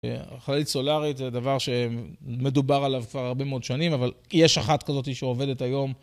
חללית סולארית זה דבר שמדובר עליו כבר הרבה מאוד שנים, אבל יש אחת כזאת שעובדת היום.